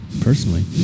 personally